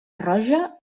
roja